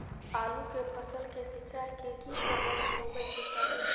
आलू के फसल के सिंचाई के की प्रबंध होबय के चाही?